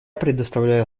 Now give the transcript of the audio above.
предоставляю